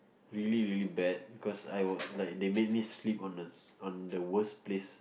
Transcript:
really really bad cause I was like they made me sleep on the on the worst place